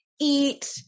eat